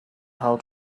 how